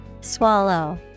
Swallow